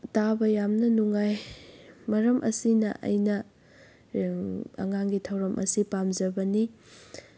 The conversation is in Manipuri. ꯇꯥꯕ ꯌꯥꯝꯅ ꯅꯨꯡꯉꯥꯏ ꯃꯔꯝ ꯑꯁꯤꯅ ꯑꯩꯅ ꯑꯉꯥꯡꯒꯤ ꯊꯧꯔꯝ ꯑꯁꯤ ꯄꯥꯝꯖꯕꯅꯤ